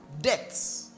Deaths